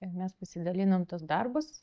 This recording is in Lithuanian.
ir mes pasidalinom tuos darbus